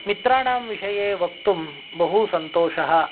मित्राणां विषये वक्तुं बहुसन्तोषः